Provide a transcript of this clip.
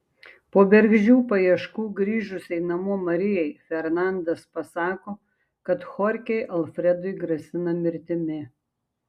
po bergždžių paieškų grįžusiai namo marijai fernandas pasako kad chorchei alfredui grasina mirtimi